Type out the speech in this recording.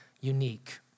unique